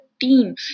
team